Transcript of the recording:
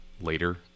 later